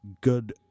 good